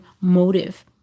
motive